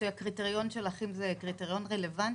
שהקריטריון של אחים הוא קריטריון רלוונטי?